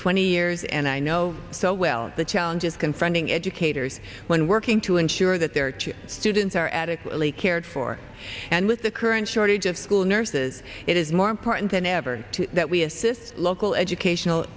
twenty years and i know so well the challenges confronting educators when working to ensure that their students are adequately cared for and with the current shortage of school nurses it is more important than ever that we assist local educational